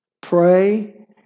pray